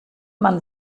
man